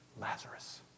Lazarus